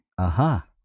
Aha